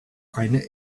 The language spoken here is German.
eine